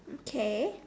okay